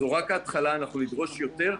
זאת רק ההתחלה, אנחנו נדרוש יותר.